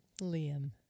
Liam